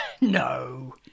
No